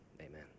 Amen